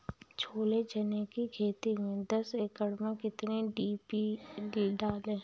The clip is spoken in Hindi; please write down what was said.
छोले चने की खेती में दस एकड़ में कितनी डी.पी डालें?